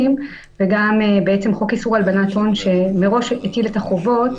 וגם בעצם חוק איסור הלבנת הון שמראש הטיל את החובות